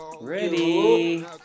Ready